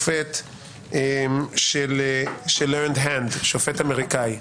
של לרנד הנד, שופט אמריקני.